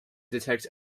detect